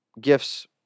gifts